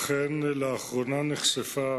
אכן, לאחרונה נחשפה